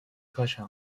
课程